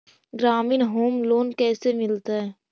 ग्रामीण home loan कैसे मिलतै?